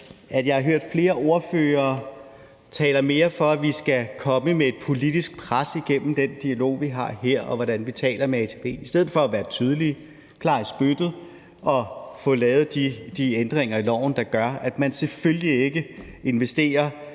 jeg hører, at flere ordførere taler mere for, at vi skal komme med et politisk pres gennem den dialog, vi har her, og den måde, vi taler med ATP på, i stedet for at være tydelige, klare i spyttet, og få lavet de ændringer i loven, der gør, at man selvfølgelig ikke investerer